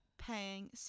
paying